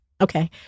Okay